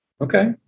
Okay